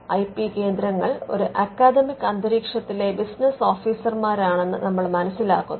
I P കേന്ദ്രങ്ങൾ ഒരു academic അന്തരീക്ഷത്തിലെ ബിസിനസ്സ് ഓഫീസർമാരാണെന്ന് നമ്മൾ മനസ്സിലാക്കുന്നു